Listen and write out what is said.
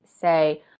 say